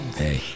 hey